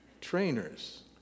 trainers